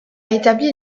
établi